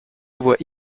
voient